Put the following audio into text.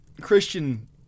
Christian